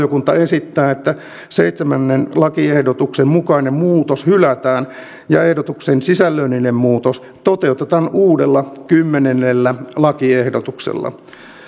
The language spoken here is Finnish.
johdosta talousvaliokunta esittää että seitsemännen lakiehdotuksen mukainen muutos hylätään ja ehdotuksen sisällöllinen muutos toteutetaan uudella kymmenennellä lakiehdotuksella